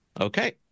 Okay